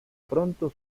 pronto